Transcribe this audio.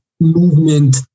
movement